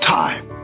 time